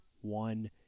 one